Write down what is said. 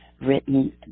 written